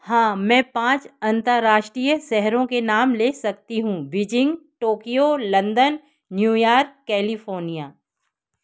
हाँ मैं पाँच अंतर्राष्टीय शहरों के नाम ले सकती हूँ Beijing Tokyo London New York California